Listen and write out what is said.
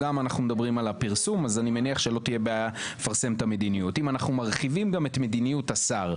שישים את המדיניות שלו.